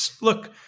Look